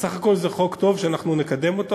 בסך הכול זה חוק טוב, ואנחנו נקדם אותו.